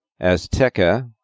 Azteca